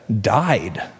died